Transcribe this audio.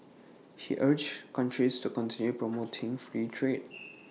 he urged countries to continue promoting free trade